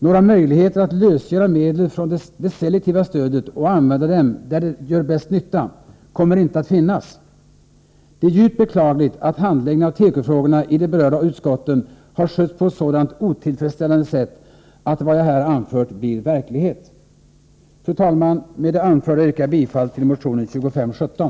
Några möjligheter att lösgöra medel från det selektiva stödet och använda dem där de gör bäst nytta kommer inte att finnas. Det är djupt beklagligt att handläggningen av tekofrågorna i de berörda utskotten har skötts på ett så otillfredsställande sätt att vad jag här anfört blir verklighet. Fru talman! Med det anförda yrkar jag bifall till motion 2517.